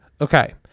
Okay